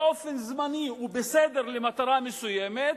באופן זמני, הוא בסדר למטרה מסוימת,